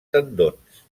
tendons